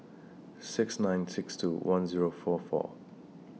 six nine six two one Zero four four